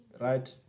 Right